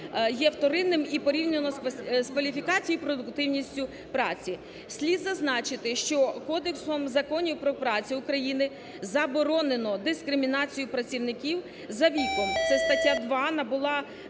є вторинним і порівняно з кваліфікацією і продуктивністю праці. Слід зазначити, що Кодексом Законів "Про працю" України заборонено дискримінацію працівників за віком – це стаття 2 набула…